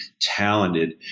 talented